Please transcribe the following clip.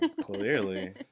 Clearly